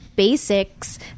basics